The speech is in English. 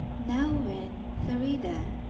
now when thurida,